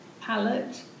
palette